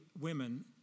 women